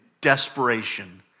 desperation